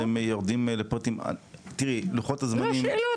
אתם יורדים לפרטים --- אנחנו רוצים לשאול שאלות